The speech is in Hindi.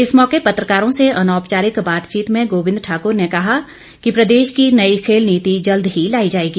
इस मौके पत्रकारों से अनौपचारिक बातचीत में उन्होंने कहा कि प्रदेश की नई खेल नीति जल्द ही लाई जाएगी